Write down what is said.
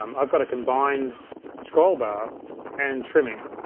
um i've got a combined scroll bar and trimming.